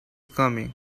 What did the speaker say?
coming